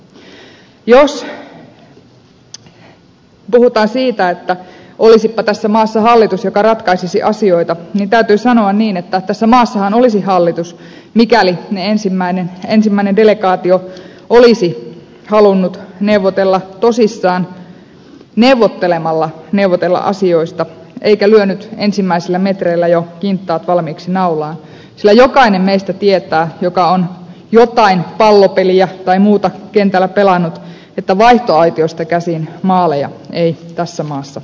jos puhutaan siitä että olisipa tässä maassa hallitus joka ratkaisisi asioita niin täytyy sanoa niin että tässä maassahan olisi hallitus mikäli ensimmäinen delegaatio olisi halunnut neuvotella tosissaan neuvottelemalla neuvotella asioista eikä lyönyt ensimmäisillä metreillä jo kintaat valmiiksi naulaan sillä jokainen meistä joka on jotain pallopeliä tai muuta kentällä pelannut tietää että vaihtoaitiosta käsin maaleja ei tässä maassa tehdä